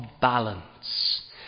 balance